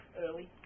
early